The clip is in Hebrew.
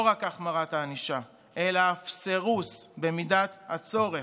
לא רק החמרת הענישה אלא אף סירוס במידת הצורך,